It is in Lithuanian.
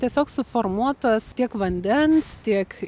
tiesiog suformuotas tiek vandens tiek